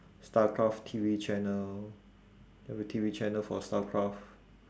starcraft T_V channel they have a T_V channel for starcraft